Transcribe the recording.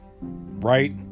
right